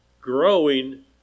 growing